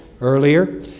earlier